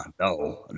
No